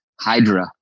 hydra